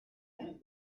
nous